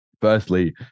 firstly